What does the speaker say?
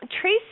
Tracy